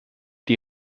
die